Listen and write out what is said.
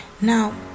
Now